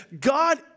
God